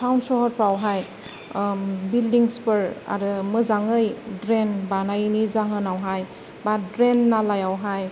town सहरफोरावहाय buildings फोर आरो मोजाङै द्रैन बानायैनि जाहोनावहाय बा द्रैन नालायावहाय